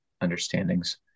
understandings